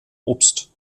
obst